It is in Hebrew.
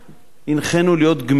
הנחינו להיות גמישים,